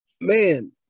man